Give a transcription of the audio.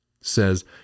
says